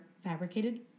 fabricated